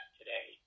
today